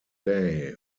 day